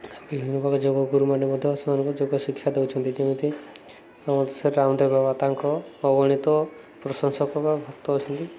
ଆଉ ବିଭିନ୍ନ ପ୍ରକାର ଯୋଗ ଗୁରୁମାନେ ମଧ୍ୟ ସେମାନଙ୍କୁ ଯୋଗ ଶିକ୍ଷା ଦେଉଛନ୍ତି ଯେମିତି ରାମଦେବ ବାବା ତାଙ୍କ ଅଗଣିତ ପ୍ରଶଂସକ ବା ଭକ୍ତ ଅଛନ୍ତି